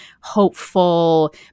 hopeful